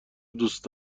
دوست